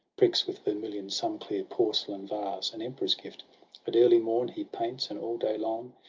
pricks with vermilion some clear porcelain vase. an emperor's gift a at early morn he paints, and all day long,